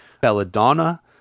belladonna